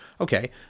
Okay